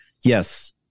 yes